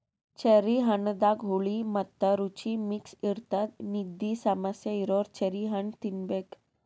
cherry ಹಣ್ಣದಾಗ್ ಹುಳಿ ಮತ್ತ್ ರುಚಿ ಮಿಕ್ಸ್ ಇರ್ತದ್ ನಿದ್ದಿ ಸಮಸ್ಯೆ ಇರೋರ್ ಚೆರ್ರಿ ಹಣ್ಣ್ ತಿನ್ನಬೇಕ್